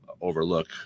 overlook